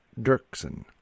Dirksen